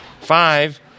Five